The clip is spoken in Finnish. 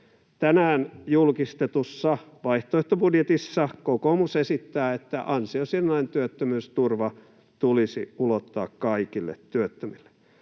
Tänään julkistetussa vaihtoehtobudjetissa kokoomus esittää, että ansiosidonnainen työttömyysturva tulisi ulottaa kaikille työttömille.